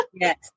Yes